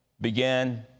began